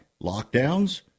lockdowns